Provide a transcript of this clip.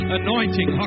anointing